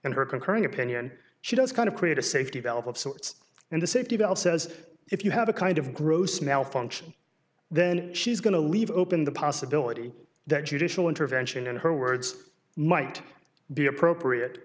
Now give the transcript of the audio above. and her concurring opinion she does kind of create a safety valve of sorts and the safety valve says if you have a kind of gross malfunction then she's going to leave open the possibility that judicial intervention in her words might be appropriate